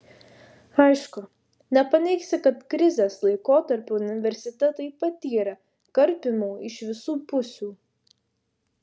aišku nepaneigsi kad krizės laikotarpiu universitetai patyrė karpymų iš visų pusių